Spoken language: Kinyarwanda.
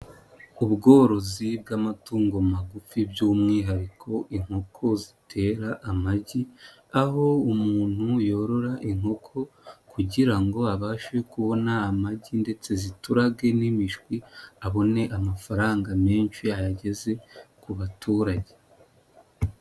Ubworozi bw'amatungo magufi by'umwihariko inkoko zitera amagi, aho umuntu yorora inkoko kugira ngo abashe kubona amagi ndetse ziturage n'imishwi abone amafaranga menshi ayageze ku baturage.